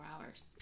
hours